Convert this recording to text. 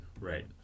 right